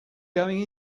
going